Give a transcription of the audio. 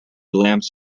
lamps